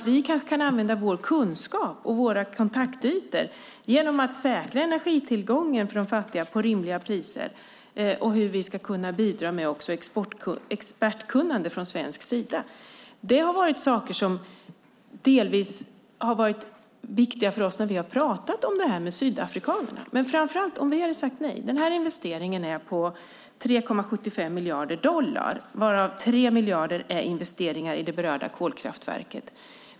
Vi kanske kan använda vår kunskap och våra kontaktytor genom att säkra energitillgången för de fattiga till rimliga priser och också bidra med expertkunnande från svensk sida. Det har varit saker som delvis har varit viktiga för oss när vi har pratat om detta med sydafrikanerna. Men framför allt: Vad hade det inneburit om vi hade sagt nej? Denna investering är på 3,75 miljarder dollar, varav 3 miljarder är investeringar i det berörda kolkraftverket.